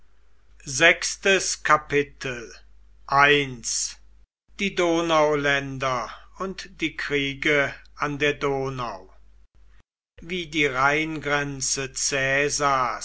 sechstes kapitel die donauländer und die kriege an der donau wie die rheingrenze